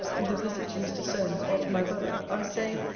with a visit to mr. solmes, or to my brother. i say,